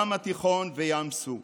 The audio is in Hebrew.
הים התיכון וים סוף.